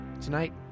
Tonight